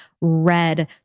red